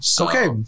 Okay